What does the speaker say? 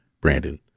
brandon